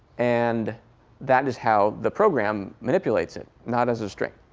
and that is how the program manipulates it, not as a string.